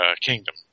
kingdom